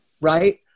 Right